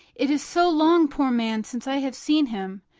it is so long, poor man, since i have seen him,